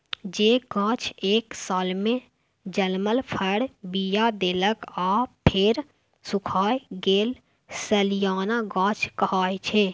जे गाछ एक सालमे जनमल फर, बीया देलक आ फेर सुखाए गेल सलियाना गाछ कहाइ छै